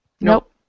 Nope